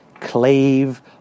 clave